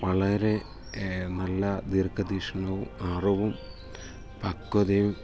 വളരെ നല്ല ദീർഘവീക്ഷണവും അറിവും പക്വതയും